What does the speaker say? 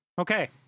Okay